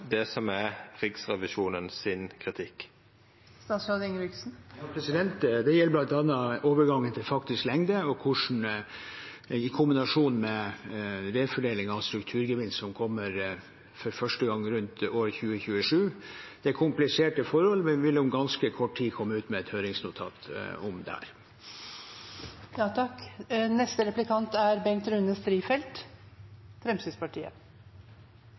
møte kritikken frå Riksrevisjonen. Det gjelder bl.a. overgangen til faktisk lengde, i kombinasjon med refordeling av strukturgevinst, som kommer for første gang rundt år 2027. Dette er kompliserte forhold, men vi vil om ganske kort tid komme ut med et høringsnotat om det. Riksrevisjonen har gjort en grundig jobb og vurdert, ut fra de tre hovedmålene som er